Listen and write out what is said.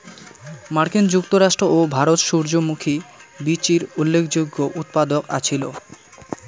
মার্কিন যুক্তরাষ্ট্র ও ভারত সূর্যমুখী বীচির উল্লেখযোগ্য উৎপাদক আছিল